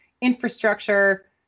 infrastructure